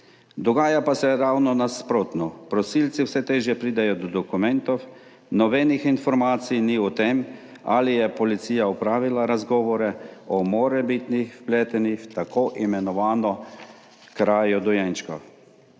Dogaja pa se ravno nasprotno. Prosilci vse težje pridejo do dokumentov, nobenih informacij ni o tem, ali je policija opravila razgovore o morebitnih vpletenih v tako imenovano krajo dojenčkov.